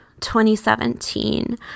2017